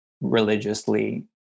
religiously